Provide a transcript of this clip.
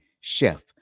chef